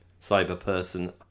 Cyberperson